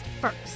first